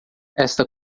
esta